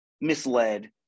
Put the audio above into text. misled